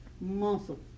muscle